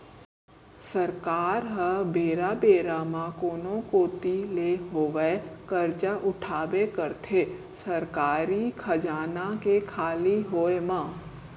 सरकार ह बेरा बेरा म कोनो कोती ले होवय करजा उठाबे करथे सरकारी खजाना के खाली होय म